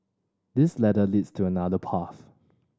this ladder leads to another path